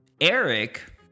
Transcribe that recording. Eric